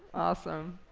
awesome.